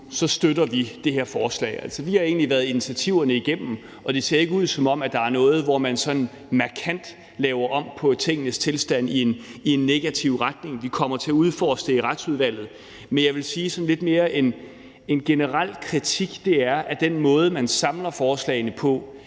nu, støtter vi det her forslag. Vi har været initiativerne igennem, og det ser ikke ud til, at der er noget, hvor man sådan markant laver om på tingenes tilstand i en negativ retning. Vi kommer til at udforske det i Retsudvalget. Men jeg vil rette en lidt mere generel kritik mod den måde, man samler forslagene på.